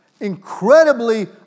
incredibly